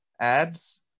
ads